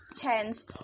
chance